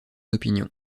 opinion